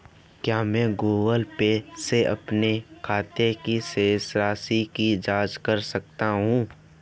क्या मैं Google Pay से अपने खाते की शेष राशि की जाँच कर सकता हूँ?